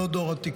לא דור הטיקטוק,